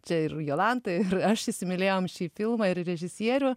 čia ir jolanta ir aš įsimylėjom šį filmą ir režisierių